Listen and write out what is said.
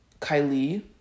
Kylie